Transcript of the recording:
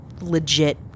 legit